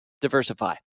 diversify